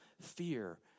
fear